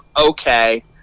okay